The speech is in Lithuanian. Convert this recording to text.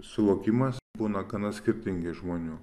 suvokimas būna gana skirtingi žmonių